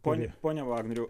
pone pone vagnoriau